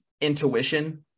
intuition